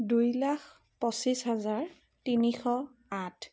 দুই লাখ পঁচিছ হাজাৰ তিনিশ আঠ